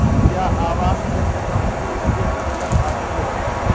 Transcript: क्या आवास वित्त कंपनी इसके अन्तर्गत आती है?